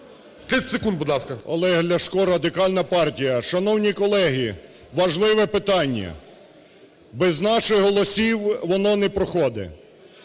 Олег Ляшко, Радикальна партія. Шановні колеги, важливе питання: без наших голосів воно не проходить.